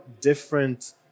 different